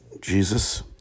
Jesus